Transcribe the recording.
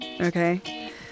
okay